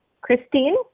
Christine